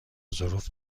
ظروف